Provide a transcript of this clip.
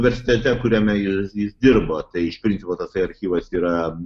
universitete kuriame jis jis dirbo tai iš principo tasai archyvas yra